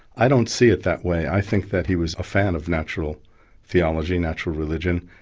i don't see it that way. i think that he was a fan of natural theology, natural religion,